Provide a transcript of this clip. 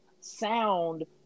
sound